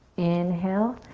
inhale.